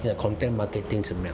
你的 content marketing 怎么样